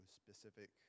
specific